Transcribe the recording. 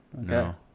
No